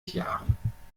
jahren